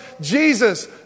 Jesus